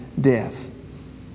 death